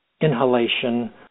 inhalation